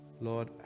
lord